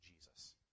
Jesus